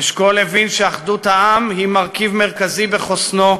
אשכול הבין שאחדות העם היא מרכיב מרכזי בחוסנו,